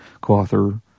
co-author